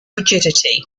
rigidity